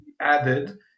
added